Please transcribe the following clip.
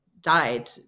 died